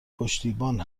پشتیبان